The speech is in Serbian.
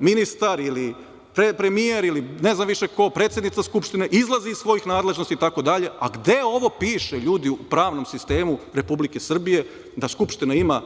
ministar ili premijer ili, ne znam više ko, predsednica Skupštine izlazi iz svojih nadležnosti itd, a gde ovo piše ljudi u pravnom sistemu Republike Srbije da Skupština ima